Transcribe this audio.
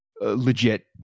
legit